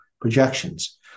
projections